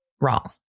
wrong